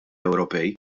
ewropej